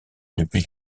depuis